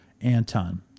Anton